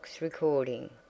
recording